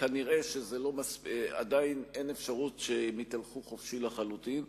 כנראה עדיין אין אפשרות שהם יתהלכו חופשיים לחלוטין.